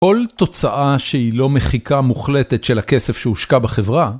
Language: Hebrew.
כל תוצאה שהיא לא מחיקה מוחלטת של הכסף שהושקע בחברה.